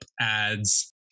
ads